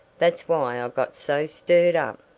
that's why i got so stirred up.